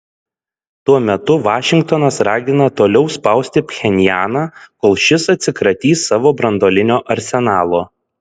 tuo metu vašingtonas ragina toliau spausti pchenjaną kol šis atsikratys savo branduolinio arsenalo